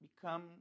become